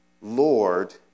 Lord